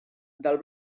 del